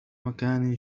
مكان